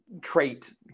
trait